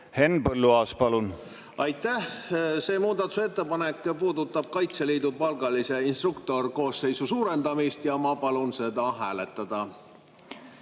Henn Põlluaas, palun! Aitäh! See muudatusettepanek puudutab Kaitseliidu palgalise instruktorkoosseisu suurendamist ja ma palun seda hääletada.